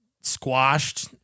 squashed